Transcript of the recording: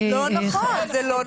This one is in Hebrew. לא נכון, זה לא נכון.